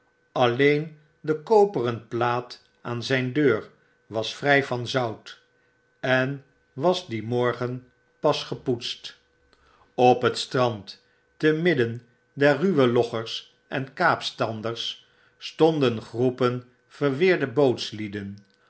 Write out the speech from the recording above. alleen de koperen plaat aan zyn deur was vry van zout en was dien morgen pas gepoetst op het strand te midden der ruwe loggers en kaapstanders stonden groepen verweerde